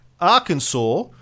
Arkansas